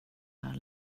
här